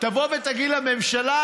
תבוא ותגיד לממשלה: